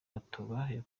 yakoranye